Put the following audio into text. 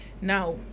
Now